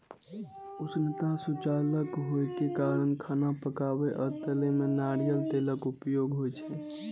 उष्णता सुचालक होइ के कारण खाना पकाबै आ तलै मे नारियल तेलक उपयोग होइ छै